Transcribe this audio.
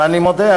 ואני מודה,